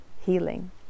healing